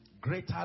Greater